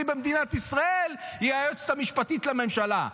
במדינת ישראל היא היועצת המשפטית לממשלה.